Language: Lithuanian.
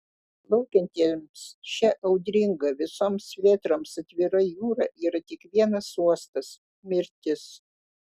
plaukiantiems šia audringa visoms vėtroms atvira jūra yra tik vienas uostas mirtis